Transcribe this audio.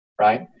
right